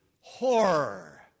horror